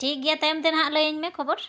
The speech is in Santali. ᱴᱷᱤᱠ ᱜᱮᱭᱟ ᱛᱟᱭᱢᱛᱮ ᱱᱟᱦᱟᱜ ᱞᱟᱹᱭᱟᱹᱧ ᱢᱮ ᱠᱷᱚᱵᱚᱨ